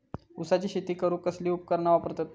ऊसाची शेती करूक कसली उपकरणा वापरतत?